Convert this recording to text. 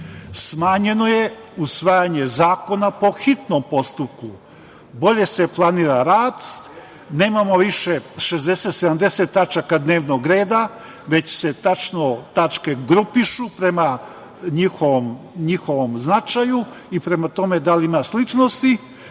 Smanjeno je usvajanje zakona po hitnom postupku, bolje se planira rad, nemamo više 60-70 tačaka dnevnog reda, već se tačno tačke grupišu prema njihovom značaju i prema tome da li ima sličnosti.